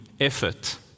effort